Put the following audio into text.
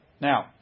now